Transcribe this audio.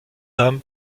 dame